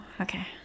okay